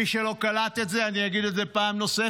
מי שלא קלט את זה, אני אגיד את זה פעם נוספת: